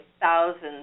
thousands